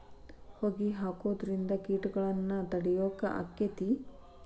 ಹೊಗಿ ಹಾಕುದ್ರಿಂದ ಕೇಟಗೊಳ್ನ ತಡಿಯಾಕ ಆಕ್ಕೆತಿ?